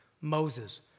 Moses